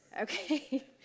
Okay